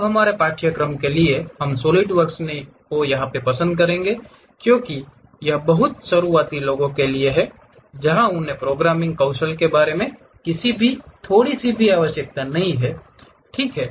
अब हमारे पाठ्यक्रम के लिए हम सॉलिडवर्क्स यहा पसंद करते हैं क्योंकि यह बहुत शुरुआती लोगों के लिए है जहां उन्हें प्रोग्रामिंग कौशल के बारे में किसी भी थोड़ी सी भी आवश्यकता नहीं है ठीक है